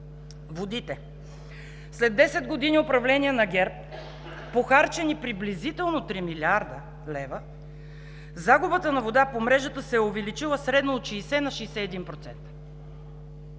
Водите. След 10 години управление на ГЕРБ са похарчени приблизително 3 млрд. лв., загубата на вода по мрежата се е увеличила средно от 60 на 61%.